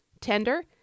tender